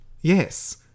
Yes